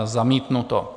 Zamítnuto.